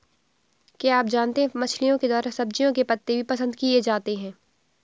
क्या आप जानते है मछलिओं के द्वारा सब्जियों के पत्ते भी पसंद किए जाते है